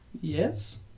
Yes